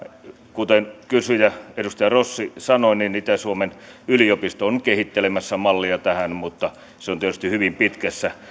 kuten kysyjä edustaja rossi sanoi niin itä suomen yliopisto on kehittelemässä mallia tähän mutta se on tietysti hyvin pitkässä